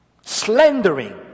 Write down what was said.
slandering